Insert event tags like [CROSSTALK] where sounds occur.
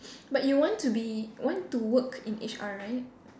[BREATH] but you want to be want to work in H_R right